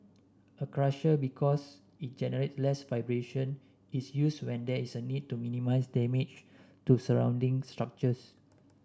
a crusher because it generates less vibration is used when there is a need to minimise damage to surrounding structures